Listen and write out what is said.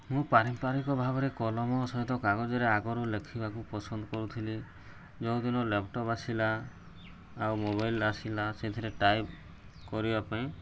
ମୁଁ ପାରମ୍ପରିକ ଭାବରେ କଲମ ସହିତ କାଗଜରେ ଆଗରୁ ଲେଖିବାକୁ ପସନ୍ଦ କରୁଥିଲି ଯେଉଁଦିନ ଲାପ୍ଟପ୍ ଆସିଲା ଆଉ ମୋବାଇଲ୍ ଆସିଲା ସେଥିରେ ଟାଇପ୍ କରିବା ପାଇଁ